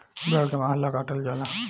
भेड़ के मांस ला काटल जाला